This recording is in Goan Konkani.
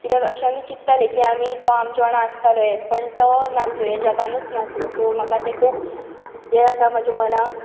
कित्याक अशें आमी चिंतताले की तो आमचे वांगडा आसताले पूण तो नासलो ह्या जगांतूच नासलो सो म्हाका तें खूब हें जाता म्हज्या मनाक